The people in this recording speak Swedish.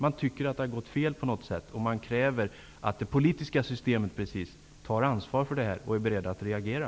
De tycker att det har gått fel på något sätt. De kräver att det politiska systemet tar ansvar för detta och är berett att reagera.